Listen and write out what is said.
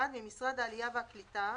(1)ממשרד העלייה והקליטה,